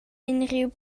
unrhyw